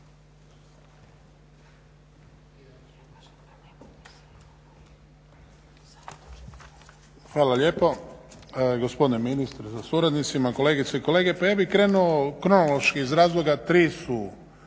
Hvala lijepo. Gospodine ministre sa suradnicima, kolegice i kolege. Pa ja bih krenuo kronološki iz razloga tri su